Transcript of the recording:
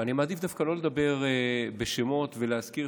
ואני מעדיף דווקא לא לדבר בשמות ולהזכיר